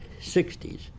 60s